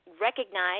recognize